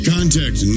Contact